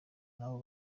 nabo